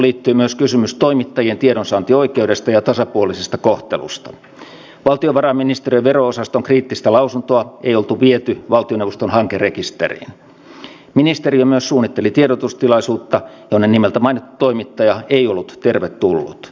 sitten ei ole ihme että suomen kansalaiset antavat päättäjille moitetta että omasta kansasta ei välitetä vaan ensisijaisena on se että turvapaikanhakijoiden asiat menevät hyvin